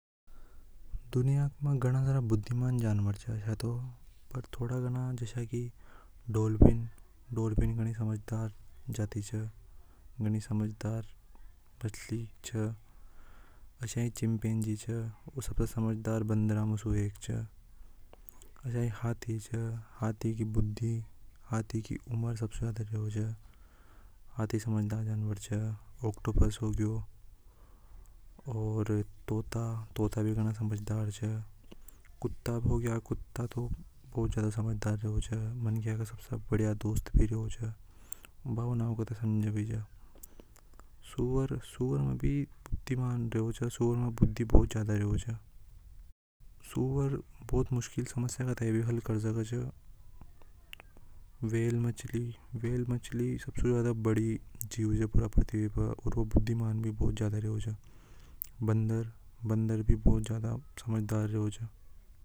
﻿दुनिया का गाना सारा बुद्धिमान जानवर छ पर थोड़ा गाना जैसा की डॉल्फिन डॉल्फिन घनी समझदार जाति से मछली छ आशय चिंपांजी। छ उसे समझदार बांद्रा में एक छ हाथी छ हाथी की बुद्धि हाथी की उम्र सबसे अधिक हो जाए हाथी समझदार छ ऑक्टोपस हो गा। यो वहऔर तोता तोता भी गाना समझदार है कुत्ता हो गया कुत्ता तो बहुत ज्यादा समझदार हो जाए मन किया का सबसे बढ़िया दोस्त भी हो जाएसूअर सूअर में भी डिमांड बुद्धि बहुत ज्यादा हो। जाएसूअर बहुत मुश्किल समस्या को हल कर सके छ व्हेल मछली व्हेल मछली सबसे ज्यादा बड़ी चीज है पूरा पृथ्वी पर और बुद्धिमान भी बहुत ज्यादा हो जाए बंदर बंदर भी बहुत ज्यादा समझदार हो जा।